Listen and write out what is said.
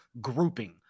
grouping